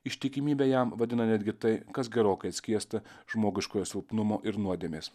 ištikimybę jam vadina netgi tai kas gerokai atskiesta žmogiškojo silpnumo ir nuodėmės